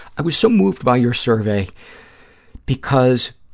i was so moved by your survey because